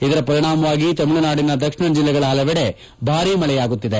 ಇದರ ಪರಿಣಾಮವಾಗಿ ತಮಿಳುನಾಡಿನ ದಕ್ಷಿಣ ಜಿಲ್ಲೆಗಳ ಹಲವೆಡೆ ಭಾರಿ ಮಳೆಯಾಗುತ್ತಿದೆ